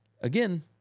again